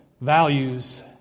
values